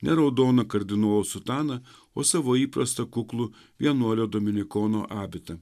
ne raudoną kardinolo sutaną o savo įprastą kuklų vienuolio dominikono abitą